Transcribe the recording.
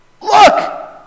look